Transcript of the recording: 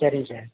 சரிங்க சார்